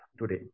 today